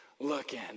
looking